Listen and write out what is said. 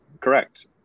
correct